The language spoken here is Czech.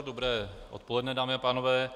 Dobré odpoledne, dámy a pánové.